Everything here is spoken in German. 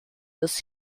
dass